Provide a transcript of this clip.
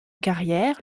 carrière